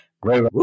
Great